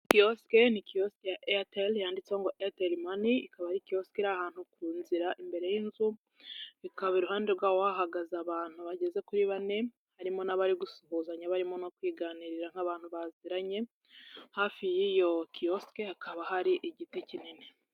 Kiyosike, ni kiyosike ya Airtel yanditseho ngo Airtel money, ikaba ari kiyosike iri ahantu ku nzira imbere y'inzu, bikaba iruhande rwaho hahagaze abantu bageze kuri bane, harimo n'abari gusuhuzanya barimo no kwiganirira nk'abantu baziranye, hafi y'iyo kiyosike hakaba hari igiti kinini.